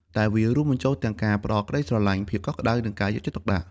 តែវារួមបញ្ចូលទាំងការផ្ដល់ក្ដីស្រឡាញ់ ភាពកក់ក្ដៅ និងការយកចិត្តទុកដាក់។